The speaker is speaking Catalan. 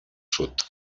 sud